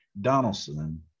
Donaldson